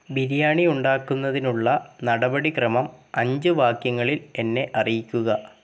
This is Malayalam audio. ബിരിയാണി ഉണ്ടാക്കുന്നതിനുള്ള നടപടിക്രമം അഞ്ച് വാക്യങ്ങളിൽ എന്നെ അറിയിക്കുക